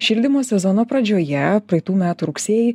šildymo sezono pradžioje praeitų metų rugsėjį